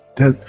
then,